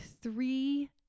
three